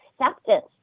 acceptance